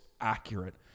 accurate